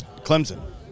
Clemson